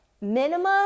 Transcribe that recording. minimum